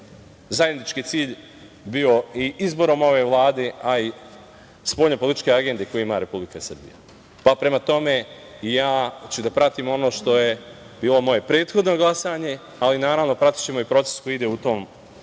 zajednički cilj bio i izborom ove Vlade, a i spoljno-političke agende koji ima Republika Srbija. Prema tome, ja ću da pratim ono što je i ovo moje prethodno glasanje, ali naravno pratićemo i proces koji ide u tom